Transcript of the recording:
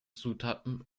zutaten